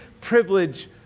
privilege